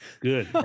Good